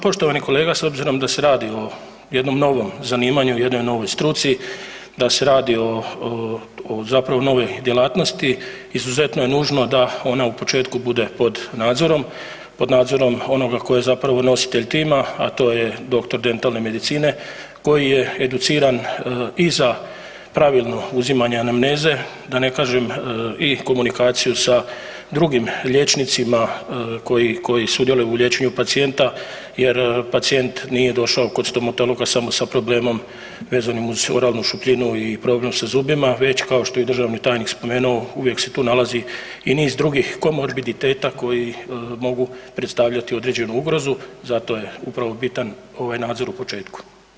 Evo poštovani kolega, s obzirom da se radi o jednom novom zanimanju, jednoj novoj struci, da se radi o zapravo novoj djelatnosti, izuzetno je nužno da ona u početku bude pod nadzorom, pod nadzorom onoga ko je zapravo nositelj tima a to je doktor dentalne medicine koji je educiran i za pravilno uzimanje anamneze, da ne kažem i komunikaciju sa drugim liječnicima koji sudjeluju u liječenju pacijenta jer pacijent nije došao dok stomatologa samo sa problemom vezanim uz oralnu šupljinu i problem sa zubima već kao što je državni tajnik spomenuo, uvijek se tu nalazi i drugih komorbiditeta koji modu predstavljati određenu ugrozu, zato je upravo bitan ovaj nadzor u početku.